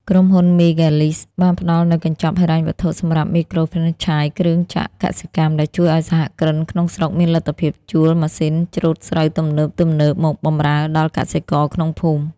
ក្រុមហ៊ុន មេហ្គាឡីស (Mega Lease) បានផ្ដល់នូវកញ្ចប់ហិរញ្ញវត្ថុសម្រាប់មីក្រូហ្វ្រេនឆាយគ្រឿងចក្រកសិកម្ម ដែលជួយឱ្យសហគ្រិនក្នុងស្រុកមានលទ្ធភាពជួលម៉ាស៊ីនច្រូតស្រូវទំនើបៗមកបម្រើដល់កសិករក្នុងភូមិ។